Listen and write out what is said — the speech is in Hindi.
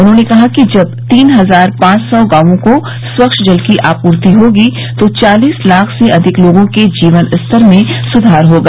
उन्होंने कहा कि जब तीन हजार पांच सौ गांवों को स्वच्छ जल की आपूर्ति होगी तो चालिस लाख से अधिक लोगों के जीवन स्तर में सुधार होगा